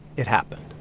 it happened